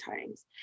times